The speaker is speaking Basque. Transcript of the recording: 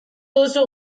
duzu